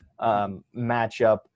matchup